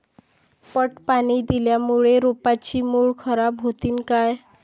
पट पाणी दिल्यामूळे रोपाची मुळ खराब होतीन काय?